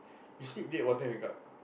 you sleep late what time wake up